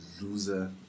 Loser